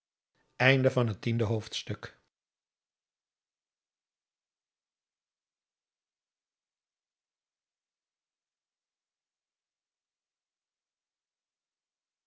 was van het